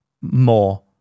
more